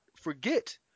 forget